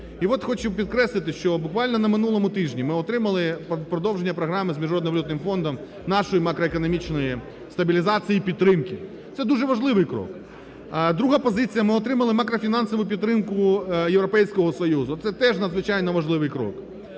І от хочу підкреслити, що буквально на минулому тижні ми отримали продовження програми з Міжнародним валютним фондом нашої макроекономічної стабілізації і підтримки, це дуже важливий крок. Друга позиція, ми отримали макрофінансову підтримку Європейського Союзу, це теж надзвичайно важливий крок.